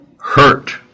hurt